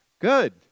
good